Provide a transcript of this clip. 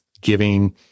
giving